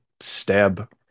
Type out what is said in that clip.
stab